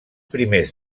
primers